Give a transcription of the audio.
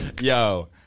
Yo